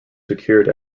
secured